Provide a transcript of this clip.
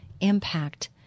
impact